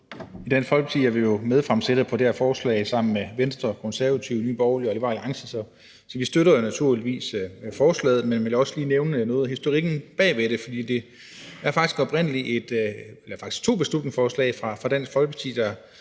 I Dansk Folkeparti er vi jo medfremsættere på det her forslag sammen med Venstre, Konservative, Nye Borgerlige og Liberal Alliance, så vi støtter naturligvis forslaget. Men jeg vil også lige nævne noget af historikken bag det. Det er faktisk oprindelig to beslutningsforslag fra Dansk Folkeparti,